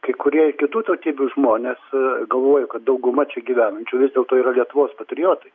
kai kurie ir kitų tautybių žmonės galvoju kad dauguma čia gyvenančių vis dėlto yra lietuvos patriotai